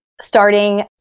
starting